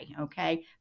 Okay